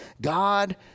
God